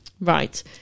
right